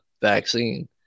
vaccine